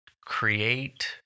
create